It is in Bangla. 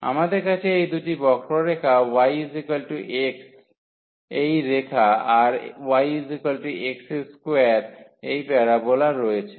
আমাদের কাছে এই দুটি বক্ররেখা yx এই রেখা আর yx2 এই প্যারোবোলা রয়েছে